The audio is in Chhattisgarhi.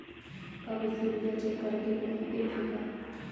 का बिजली बिल ल चेक करे के कोनो ऐप्प हे का?